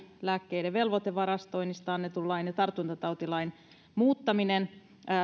lääkkeiden velvoitevarastoinnista annetun lain ja tartuntatautilain muuttaminen